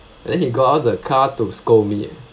then he got out of the car to scold me eh